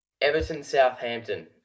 Everton-Southampton